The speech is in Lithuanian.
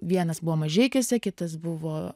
vienas buvo mažeikiuose kitas buvo